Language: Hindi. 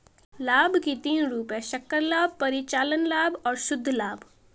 लाभ के तीन रूप हैं सकल लाभ, परिचालन लाभ और शुद्ध लाभ